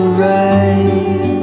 right